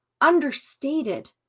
understated